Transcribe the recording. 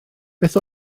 beth